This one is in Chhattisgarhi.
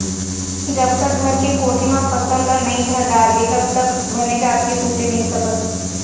जब तक घर के कोठी म फसल ल नइ धर डारबे तब तक बने जात के सूत नइ सकस